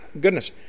goodness